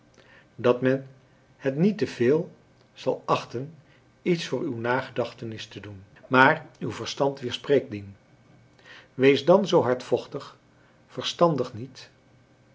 dat men het niet te veel zal achten iets voor uw nagedachtenis te doen maar uw verstand weerspreekt dien weest dan zoo hardvochtig verstandig niet